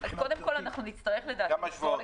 לכמה שבועות,